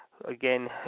again